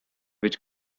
which